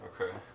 Okay